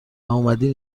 واومدین